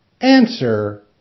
Answer